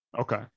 Okay